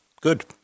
good